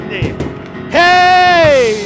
Hey